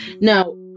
Now